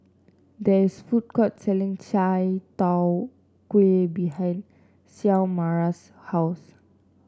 there is a food court selling Chai Tow Kuay behind Xiomara's house